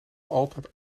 altijd